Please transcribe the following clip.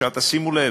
עכשיו שימו לב,